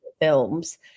films